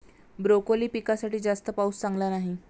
broccoli पिकासाठी जास्त पाऊस चांगला नाही